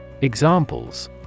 Examples